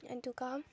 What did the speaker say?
ꯑꯗꯨꯒ